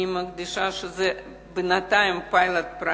אני מדגישה שזה בינתיים פרויקט פיילוט.